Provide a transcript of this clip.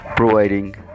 providing